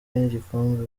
n’igikombe